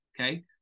okay